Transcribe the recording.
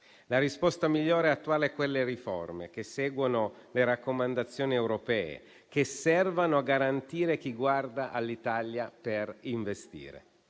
La risposta migliore è attuare quelle riforme, che seguono le raccomandazioni europee e servono a garantire chi guarda all'Italia per investire.